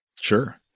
Sure